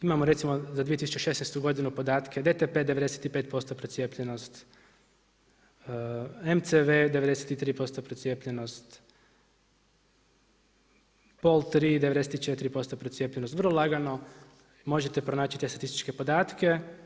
Imamo recimo za 2016. godinu podatke DTP 95% procijepljenost, MCV 93% procijepljenost, POL 3 94% procijepljenost, vrlo lagano možete pronaći te statističke podatke.